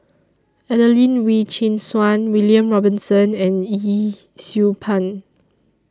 Adelene Wee Chin Suan William Robinson and Yee Siew Pun